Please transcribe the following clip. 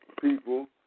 people